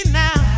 now